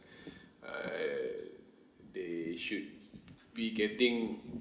err they should be getting